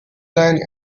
line